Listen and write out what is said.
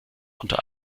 unter